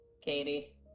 Katie